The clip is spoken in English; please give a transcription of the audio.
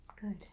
good